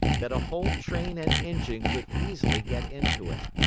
that a whole train and engine could easily get into it.